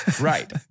Right